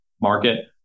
market